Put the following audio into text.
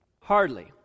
Hardly